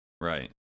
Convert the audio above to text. Right